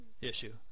issue